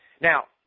Now